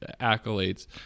accolades